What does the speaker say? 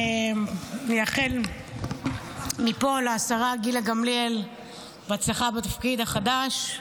אני אאחל מפה לשרה גילה גמליאל בהצלחה בתפקיד החדש.